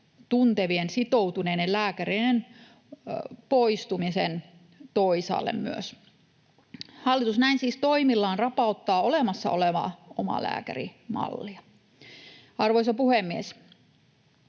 tuntevat ja sitoutuneet lääkärit myös poistuvat toisaalle. Hallitus näin siis toimillaan rapauttaa olemassa olevaa omalääkärimallia. Arvoisa puhemies!